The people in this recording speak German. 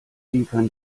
liefern